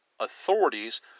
authorities